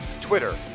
Twitter